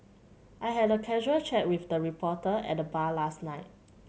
I had a casual chat with a reporter at the bar last night